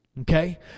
Okay